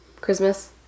Christmas